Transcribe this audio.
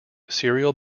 serial